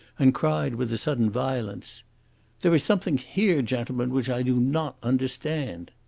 and cried, with a sudden violence there is something here, gentlemen, which i do not understand.